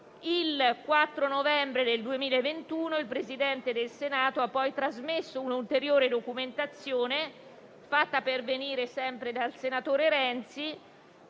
Il 4 novembre 2021 il Presidente del Senato ha poi trasmesso un'ulteriore documentazione, fatta pervenire sempre dal senatore Renzi,